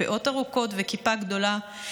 פאות ארוכות וכיפה גדולה,